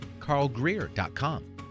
carlgreer.com